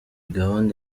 gahunda